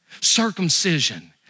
Circumcision